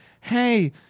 Hey